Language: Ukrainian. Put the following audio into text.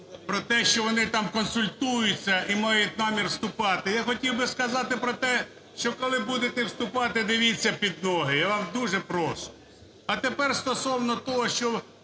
про те, що вони там консультуються і мають намір вступати. Я хотів би сказати про те, що коли будете вступати, дивіться під ноги, я вас дуже прошу. А тепер стосовно того, що